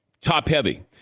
top-heavy